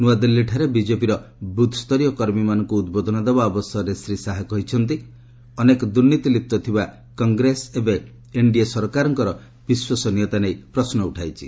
ନୂଆଦିଲ୍ଲୀଠାରେ ବିଜେପିର ବୁଥ୍ସରୀୟ କର୍ମୀମାନଙ୍କୁ ଉଦ୍ବୋଧନ ଦେବା ଅବସରରେ ଶ୍ରୀ ଶାହା କହିଛନ୍ତି ଯେ ଅନେକ ଦୁର୍ନୀତି ଲିପ୍ତ ଥିବା କଂଗ୍ରେସ ଏବେ ଏନ୍ଡିଏ ସରକାରଙ୍କର ବିଶ୍ୱସନୀୟତା ନେଇ ପ୍ରଶ୍ନ ଉଠାଇଛି